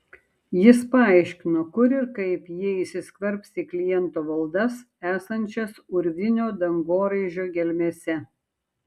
jis paaiškino kur ir kaip jie įsiskverbs į kliento valdas esančias urvinio dangoraižio gelmėse